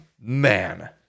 man